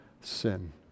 sin